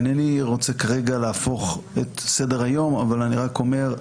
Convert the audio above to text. אינני רוצה כרגע להפוך את סדר-היום אבל אני רק אומר,